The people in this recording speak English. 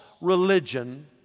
religion